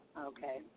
Okay